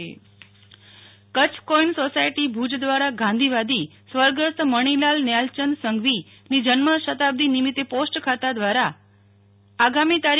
Nehal Thakkar Bhuj head post office Kutch coin society Bhuj દ્વારા ગાંધીવાદી સ્વર્ગસ્થ મણિલાલ નયાલચંદ સંઘવી જન્મ શતાબ્દી નિમિતતે પોસ્ટ ખાતા દ્વારા આગામી તા